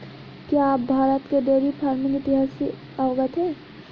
क्या आप भारत के डेयरी फार्मिंग इतिहास से अवगत हैं?